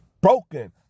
broken